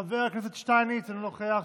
חבר הכנסת שטייניץ, אינו נוכח,